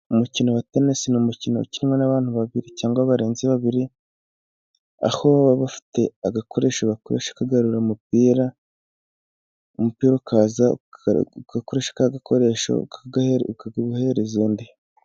Umukino wa tenisi ni umukino ukinwa n'abantu babiri cyangwa barenze babiri, aho baba bafite agakoresho bakoresha kagarura umupira, umupira ukaza ugakoresha ka gakoresho ukawuhereza undi.